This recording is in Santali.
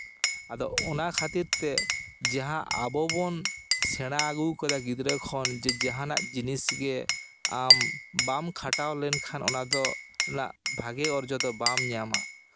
ᱟᱫᱚ ᱚᱱᱟ ᱠᱷᱟᱹᱛᱤᱨ ᱛᱮ ᱡᱟᱦᱟᱸ ᱟᱵᱚ ᱵᱚᱱ ᱥᱮᱬᱟ ᱟᱜᱩ ᱠᱟᱫᱟ ᱜᱤᱫᱽᱨᱟᱹ ᱠᱷᱚᱱ ᱡᱮ ᱡᱟᱦᱟᱱᱟᱜ ᱡᱤᱱᱤᱥ ᱜᱮ ᱟᱢ ᱵᱟᱢ ᱠᱷᱟᱴᱟᱣ ᱞᱮᱱᱠᱷᱟᱱ ᱚᱱᱟ ᱫᱚ ᱚᱱᱟ ᱵᱷᱟᱜᱮ ᱚᱨᱡᱚ ᱫᱚ ᱵᱟᱢ ᱧᱟᱢᱟ